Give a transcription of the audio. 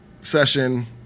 session